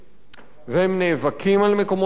והם נאבקים על מקומות העבודה שלהם,